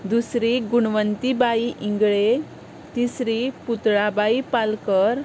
दुसरी गुणवंतीबाई इंगळे तिसरी पुतळाबाई पालकर